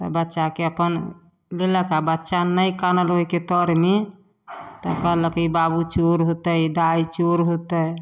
तऽ बच्चाके अपन लेलक आओर बच्चा नहि कानल ओहिके तरमे तऽ कहलक ई बाबू चोर होतै दाइ चोर होतै